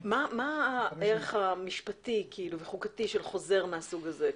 מה הערך המשפטי וחוקתי של חוזר מהסוג הזה?